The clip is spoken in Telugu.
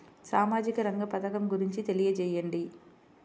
సామాజిక రంగ పథకం గురించి తెలియచేయండి?